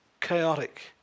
chaotic